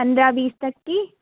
पंद्रह बीस तक की